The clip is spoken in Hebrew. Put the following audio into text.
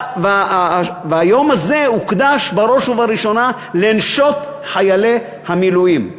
והיום הזה הוקדש בראש ובראשונה לנשות חיילי המילואים,